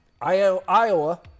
Iowa